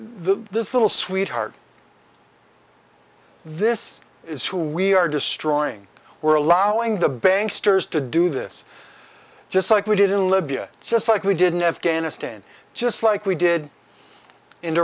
this little sweetheart this is who we are destroying we're allowing the bank stirs to do this just like we did in libya just like we did in afghanistan just like we did in